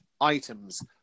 items